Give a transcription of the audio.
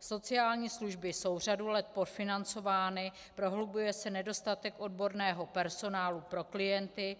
Sociální služby jsou řadu let podfinancovány, prohlubuje se nedostatek odborného personálu pro klienty